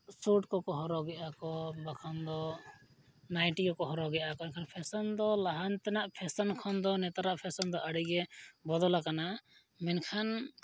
suit ᱠᱚᱠᱚ ᱦᱚᱨᱚᱜ ᱮᱫᱟ ᱠᱚ ᱵᱟᱝᱠᱷᱟᱱ ᱫᱚ ᱱᱟᱭᱴᱤ ᱠᱚᱠᱚ ᱦᱚᱨᱚᱜ ᱮᱫᱟ ᱠᱚ ᱮᱱᱠᱷᱟᱱ ᱯᱷᱮᱥᱮᱱ ᱫᱚ ᱞᱟᱦᱟ ᱛᱮᱱᱟᱜ ᱯᱷᱮᱥᱮᱱ ᱠᱷᱚᱱ ᱫᱚ ᱱᱮᱛᱟᱨᱟᱜ ᱯᱷᱮᱥᱮᱱ ᱫᱚ ᱟᱹᱰᱤᱜᱮ ᱵᱚᱫᱚᱞ ᱟᱠᱟᱱᱟ ᱢᱮᱱᱠᱷᱟᱱ